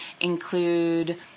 include